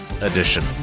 edition